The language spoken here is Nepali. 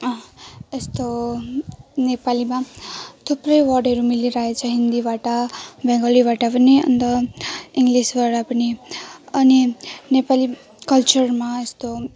यस्तो नेपालीमा थुप्रै वर्डहरू मिलिरहेछ हिन्दीबाट बङ्गालीबाट पनि अन्त इङ्लिसबाट पनि अनि नेपाली कल्चरमा यस्तो